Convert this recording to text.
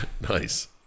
Nice